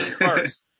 first